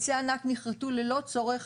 עצי ענק נכרתו ללא צורך,